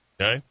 Okay